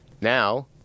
Now